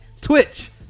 Twitch